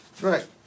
right